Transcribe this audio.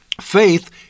Faith